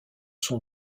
sont